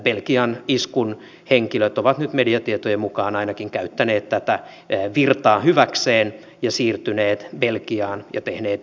belgian iskun henkilöt ovat nyt mediatietojen mukaan ainakin käyttäneet tätä virtaa hyväkseen ja siirtyneet belgiaan ja tehneet iskun